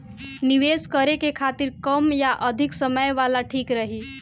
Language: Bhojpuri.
निवेश करें के खातिर कम या अधिक समय वाला ठीक रही?